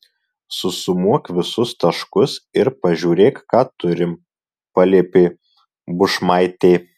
susumuok visus taškus ir pažiūrėk ką turim paliepė bušmaitė